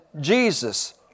Jesus